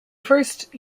first